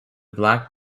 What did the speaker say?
black